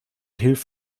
hilf